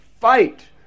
fight